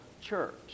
church